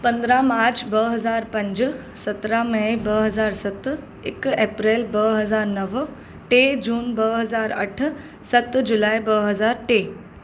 पंद्रहं मार्च ॿ हज़ार पंज सत्रहं मई ॿ हज़ार सत हिकु अप्रैल ॿ हज़ार नव टे जून ॿ हज़ार अठ सत जुलाई ॿ हज़ार टे